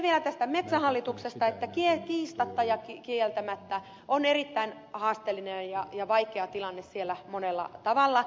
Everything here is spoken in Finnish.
sitten vielä metsähallituksesta että siellä on kiistatta ja kieltämättä erittäin haasteellinen ja vaikea tilanne monella tavalla